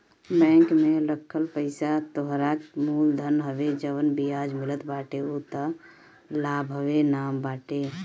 bank में रखल पईसा तोहरा मूल धन हवे जवन बियाज मिलत बाटे उ तअ लाभवे न बाटे